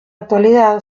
actualidad